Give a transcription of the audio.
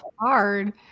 hard